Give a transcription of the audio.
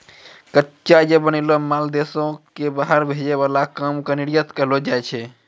कच्चा या बनैलो माल देश से बाहर भेजे वाला काम के निर्यात कहलो जाय छै